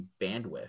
bandwidth